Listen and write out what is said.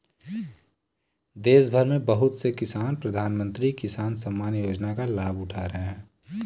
देशभर में बहुत से किसान प्रधानमंत्री किसान सम्मान योजना का लाभ उठा रहे हैं